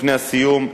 לפני הסיום,